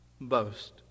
boast